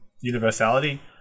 universality